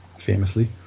Famously